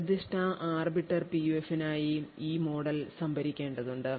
നിർദ്ദിഷ്ട Arbiter PUF നായി ഈ മോഡൽ സംഭരിക്കേണ്ടതുണ്ട്